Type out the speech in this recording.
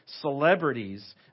celebrities